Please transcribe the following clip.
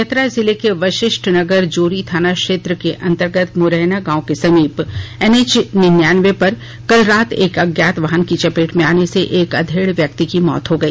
चतरा जिले के वशिष्ठ नगर जोरि थाना क्षेत्र के अंतर्गत मुरैना गांव के समीप एनएच निन्यानवें पर कल रात एक अज्ञात वाहन की चपेट में आने से एक अधेड़ व्यक्ति की मौत हो गई